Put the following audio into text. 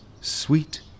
sweet